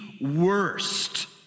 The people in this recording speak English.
worst